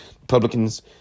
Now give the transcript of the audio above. Republicans